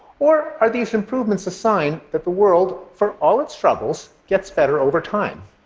or are these improvements a sign that the world, for all its struggles, gets better over time?